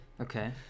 Okay